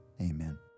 amen